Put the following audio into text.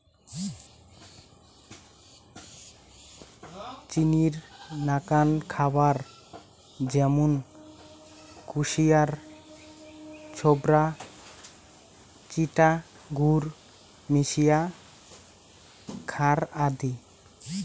চিনির নাকান খাবার য্যামুন কুশিয়ার ছোবড়া, চিটা গুড় মিশিয়া খ্যার আদি